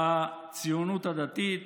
בציונות הדתית